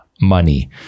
money